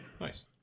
Nice